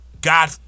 God